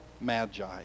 magi